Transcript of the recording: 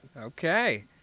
Okay